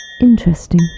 Interesting